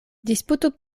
disputu